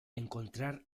encontrar